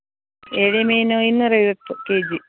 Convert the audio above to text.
ಏಡಿ ಮೀನು ಇನ್ನೂರ ಐವತ್ತು ಕೆಜಿ